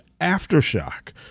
aftershock